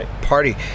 party